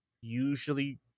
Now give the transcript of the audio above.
usually